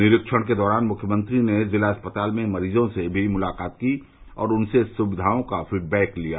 निरीक्षण के दौरान मुख्यमंत्री ने जिला अस्पताल में मरीजों से भी मुलाकात की और उनसे सुविधाओं का फीख्वैक लिया